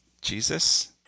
jesus